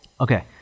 okay